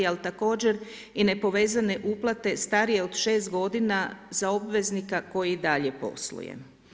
Ali također i nepovezane uplate starije od 6 godina za obveznika koji dalje posluje.